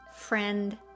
friend